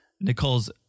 Nicole's